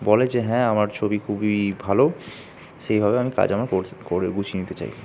বলে যে হ্যাঁ আমার ছবি খুবই ভালো সেইভাবে আমি কাজ আমার করে গুছিয়ে নিতে চাই